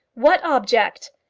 what object?